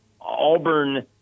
Auburn –